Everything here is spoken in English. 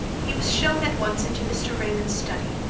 he was shown at once into mr. raymond's study,